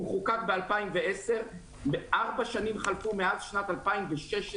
הוא חוקק ב-2010 -ארבע שנים חלפו מאז שנת 2016,